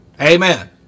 Amen